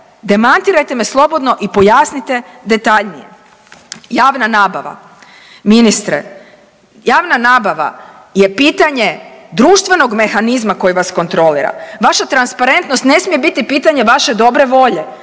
demantirajte me slobodno i pojasnite detaljnije. Javna nabava, ministre, javna nabava je pitanje društvenog mehanizma koje vas kontrolira, vaša transparentnost ne smije biti pitanje vaše dobre volje